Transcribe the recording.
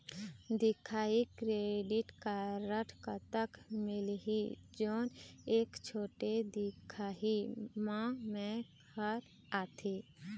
दिखाही credit card कतक मिलही जोन एक छोटे दिखाही म मैं हर आथे?